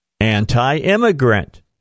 anti-immigrant